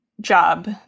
job